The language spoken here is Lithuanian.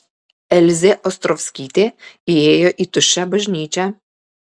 elzė ostrovskytė įėjo į tuščią bažnyčią